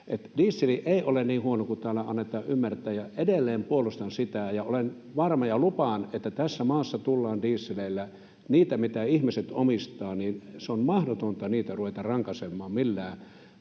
Diesel ei ole niin huono kuin täällä annetaan ymmärtää, ja edelleen puolustan sitä, ja olen varma ja lupaan, että tässä maassa tullaan dieseleillä ajamaan. Siitä, mitä ihmiset omistavat, on mahdotonta ruveta rankaisemaan millään